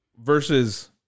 Versus